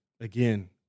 again